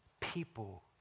people